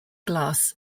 glass